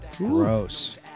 Gross